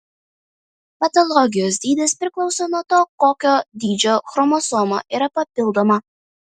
patologijos dydis priklauso nuo to kokio dydžio chromosoma yra papildoma